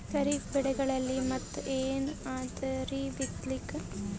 ಖರೀಫ್ ಬೆಳೆಗಳಲ್ಲಿ ಮತ್ ಏನ್ ಅದರೀ ಬಿತ್ತಲಿಕ್?